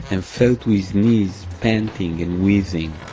and fell to his knees, panting and wheezing